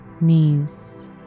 knees